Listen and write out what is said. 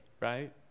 right